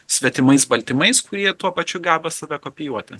svetimais baltymais kurie tuo pačiu geba save kopijuoti